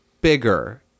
bigger